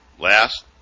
Last